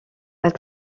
elle